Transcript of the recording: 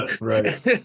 Right